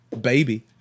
baby